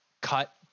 cut